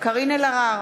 קארין אלהרר,